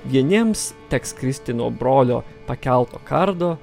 vieniems teks kristi nuo brolio pakelto kardo